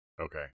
Okay